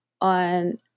on